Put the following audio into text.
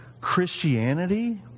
Christianity